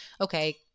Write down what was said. Okay